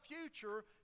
future